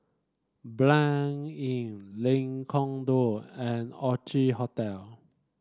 Blanc Inn Lengkong Dua and Orchid Hotel